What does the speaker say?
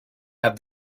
have